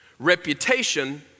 reputation